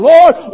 Lord